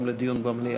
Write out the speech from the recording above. לדיון היום במליאה.